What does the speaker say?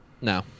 No